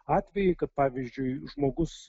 atvejį kad pavyzdžiui žmogus